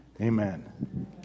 Amen